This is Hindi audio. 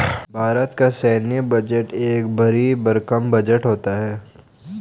भारत का सैन्य बजट एक भरी भरकम बजट होता है